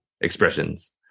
expressions